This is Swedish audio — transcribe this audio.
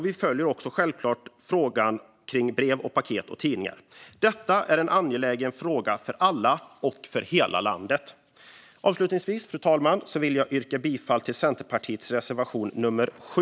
Vi följer självklart också frågan kring brev, paket och tidningar. Detta är en angelägen fråga för alla och för hela landet. Avslutningsvis, fru talman, vill jag yrka bifall till Centerpartiets reservation nummer 7.